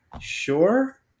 sure